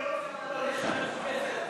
כהצעת הוועדה, נתקבל.